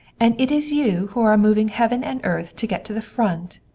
and it is you who are moving heaven and earth to get to the front!